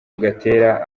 gatera